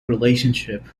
relationship